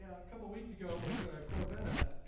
a couple weeks ago was corvina